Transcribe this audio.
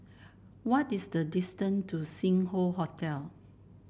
what is the distance to Sing Hoe Hotel